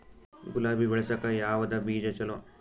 ಗುಲಾಬಿ ಬೆಳಸಕ್ಕ ಯಾವದ ಬೀಜಾ ಚಲೋ?